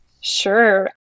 Sure